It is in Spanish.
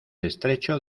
estrecho